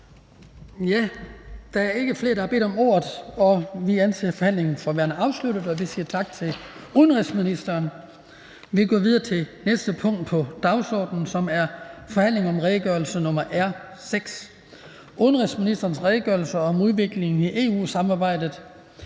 Der er ikke flere, der har bedt om ordet, så vi anser forhandlingen for værende afsluttet og siger tak til udenrigsministeren. --- Det næste punkt på dagsordenen er: 5) Forhandling om redegørelse nr. R 6: Udenrigsministerens redegørelse om udviklingen i EU-samarbejdet.